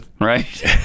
right